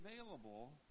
available